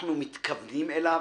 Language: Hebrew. שאנחנו מתכוונים אליו,